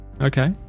Okay